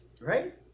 Right